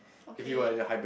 okay